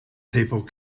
people